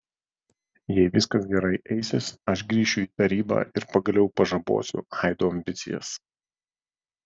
jei viskas gerai eisis aš grįšiu į tarybą ir pagaliau pažabosiu aido ambicijas